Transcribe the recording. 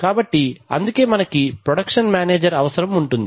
కాబట్టి అందుకే మనకి ప్రొడక్షన్ మేనేజర్ అవసరం ఉంటుంది